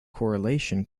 correlation